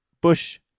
Bush